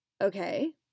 Okay